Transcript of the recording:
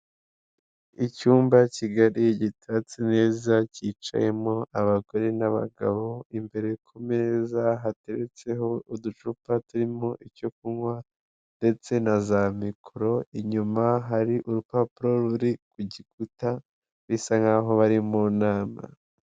Icyumba kigali gitatse neza cyicayemo abagore n'abagabo, imbere ku meza hateretseho uducupa turimo icyo kunywa ndetse na za mikoro, inyuma hari urupapuro ruri ku gikuta bisa nk'aho bari mu nama.